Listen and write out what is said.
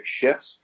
shifts